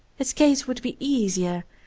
his case would be easier,